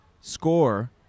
score